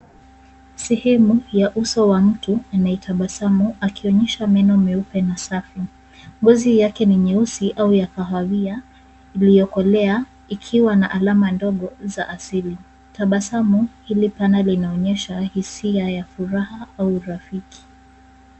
Sehemu ya uso wa mtu, anayetabasamu, akionyesha meno meupe na safi. Ngozi yake ni nyeusi au ya kahawia iliyokolea, ikiwa na alama ndogo za asili. Tabasamu hili pana linaonyesha, hisia ya furaha au urafiki.